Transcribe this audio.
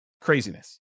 craziness